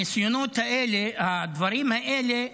הניסיונות האלה, הדברים האלה,